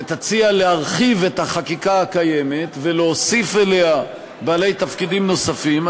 ותציע להרחיב את החקיקה הקיימת ולהוסיף אליה בעלי תפקידים נוספים,